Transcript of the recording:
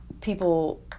people